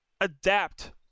adapt